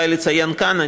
כדאי לציין כאן,